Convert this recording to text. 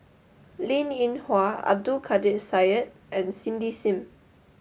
Linn In Hua Abdul Kadir Syed and Cindy Sim